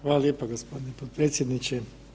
Hvala lijepa gospodine potpredsjedniče.